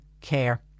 care